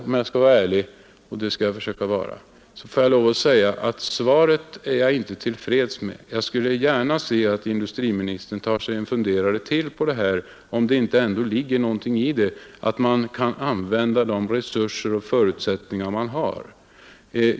Om jag skall vara ärlig — och det vill jag vara — får jag därför lov att säga att jag inte är till freds med svaret utan gärna skulle se att industriministern tar sig ytterligare en funderare om det inte ligger någonting i att man kan använda de resurer och förutsättningar man har.